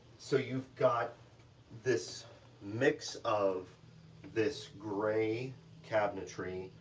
so you've got this mix of this gray cabinetry,